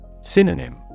Synonym